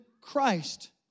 Christ